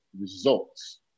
results